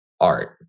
art